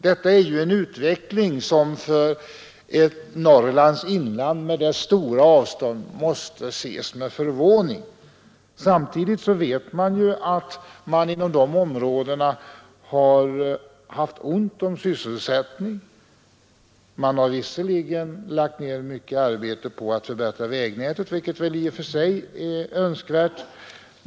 Detta är ju en utveckling som när det gäller Norrlands inland med dess stora avstånd måste ses med förvåning. Samtidigt vet vi att det inom dessa områden varit ont om sysselsättning. Man har visserligen lagt ned mycket arbete på att förbättra vägnätet, vilket väl i och för sig är önskvärt.